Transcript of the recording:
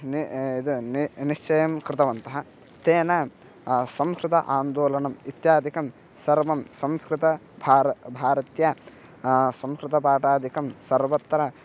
नि इदं निश्चयं कृतवन्तः तेन संस्कृते आन्दोलनम् इत्यादिकं सर्वं संस्कृतभार भारत्याः संस्कृतपाठादिकं सर्वत्र